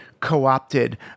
co-opted